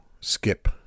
skip